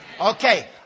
Okay